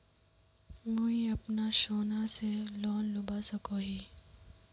मुई अपना सोना से लोन लुबा सकोहो ही?